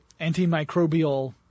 antimicrobial